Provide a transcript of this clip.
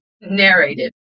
narrative